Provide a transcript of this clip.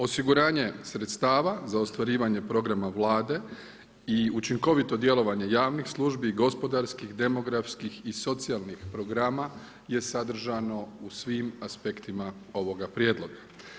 Osiguranje sredstava za ostvarivanje programa Vlade i učinkovito djelovanje javnih službi, gospodarskih, demografskih i socijalnih programa je sadržano u svim aspektima ovog prijedloga.